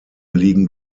liegen